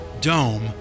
dome